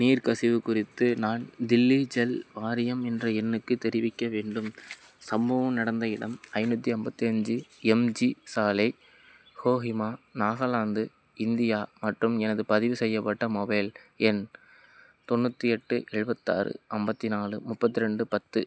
நீர் கசிவு குறித்து நான் தில்லி ஜல் வாரியம் என்ற எண்ணுக்கு தெரிவிக்க வேண்டும் சம்பவம் நடந்த இடம் ஐந்நூற்றி ஐம்பத்தி அஞ்சு எம்ஜி சாலை கோஹிமா நாகாலாந்து இந்தியா மற்றும் எனது பதிவு செய்யப்பட்ட மொபைல் எண் தொண்ணூற்றி எட்டு எழுபத்தாறு ஐம்பத்தி நாலு முப்பத்தி ரெண்டு பத்து